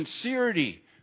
sincerity